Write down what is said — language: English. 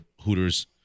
Hooters